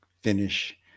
finish